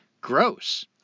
gross